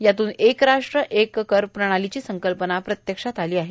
यातून एक राष्ट्र एक कर प्रणालोची संकल्पना प्रत्यक्षात आलो आहे